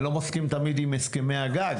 אני לא מסכים תמיד עם הסכמי הגג.